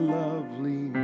lovely